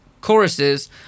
Choruses